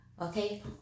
okay